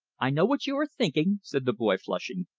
i know what you are thinking, said the boy, flushing.